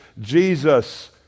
Jesus